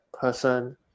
person